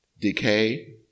decay